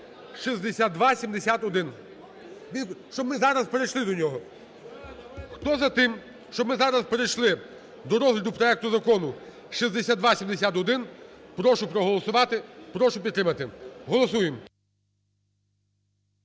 6271. Щоб ми зараз перейшли до нього. Хто за тим, щоб ми зараз перейшли до розгляду проекту Закону 6271, прошу проголосувати. Прошу підтримати. Голосуємо.